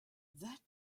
that